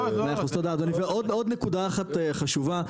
100% תודה אדוני, עוד נקודה אחת חשובה.